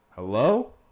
Hello